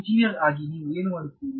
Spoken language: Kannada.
ಎಂಜಿನಿಯರ್ ಆಗಿ ನೀವು ಏನು ಮಾಡುತ್ತೀರಿ